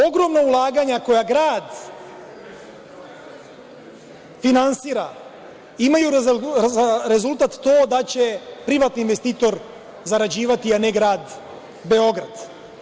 Ogromna ulaganja koja grad finansira imaju za rezultat to da će privatni investitor zarađivati, a ne grad Beograd.